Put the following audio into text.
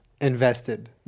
Invested